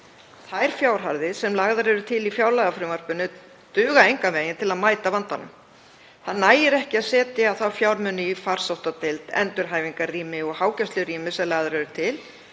Þær fjárhæðir sem lagðar eru til í fjárlagafrumvarpinu duga engan veginn til að mæta vandanum. Það nægir ekki að setja þá fjármuni í farsóttadeild, endurhæfingarrými og hágæslurými sem lagðir eru til.